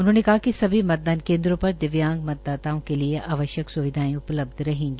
उन्होंने कहा कि सभी मतदान केन्द्रों पर दिव्यांग मतदाताओं के लिये आवश्यक स्विधायें उपलब्ध रहेंगी